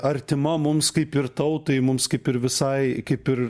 artima mums kaip ir tautai mums kaip ir visai kaip ir